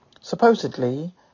supposedly